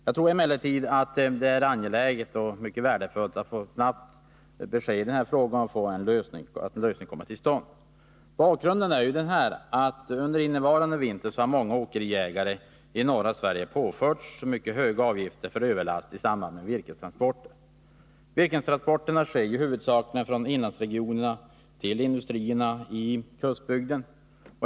Jag tror emellertid att det vore angeläget och mycket värdefullt att få ett snabbt besked i frågan, så att en lösning kommer till stånd. Bakgrunden är denna: Under innevarande vinter har många åkeriägare i norra Sverige påförts mycket höga avgifter för överlast i samband med virkestransporter. Virkestransporterna sker huvudsakligen från inlandsregionerna till industrierna i kustbygden.